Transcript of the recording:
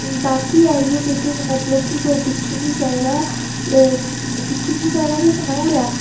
बाकी आई गे जेह्के मतलब कि कोई दिक्खी निं सकदा दिक्खी निं सकदा ते सनाई ओड़ेआ